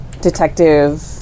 detective